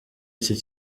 iki